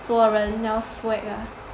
做人要 swag lah